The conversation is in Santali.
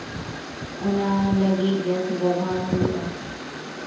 ᱚᱱᱟ ᱞᱟᱹᱜᱤᱫ ᱜᱮᱥ ᱵᱮᱵᱚᱦᱟᱨ ᱦᱩᱭᱩᱜᱼᱟ